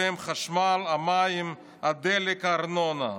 שהם החשמל, המים, הדלק, הארנונה.